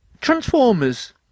Transformers